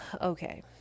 okay